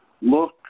Look